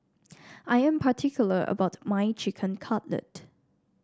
I am particular about my Chicken Cutlet